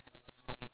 ya